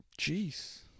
Jeez